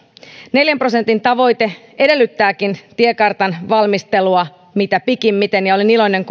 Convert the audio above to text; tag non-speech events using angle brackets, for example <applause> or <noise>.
neljän prosentin tavoite edellyttääkin tiekartan valmistelua mitä pikimmiten ja olen iloinen <unintelligible>